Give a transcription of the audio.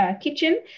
Kitchen